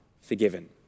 forgiven